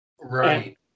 Right